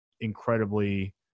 incredibly